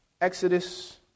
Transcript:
Exodus